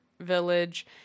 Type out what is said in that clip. village